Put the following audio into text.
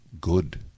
good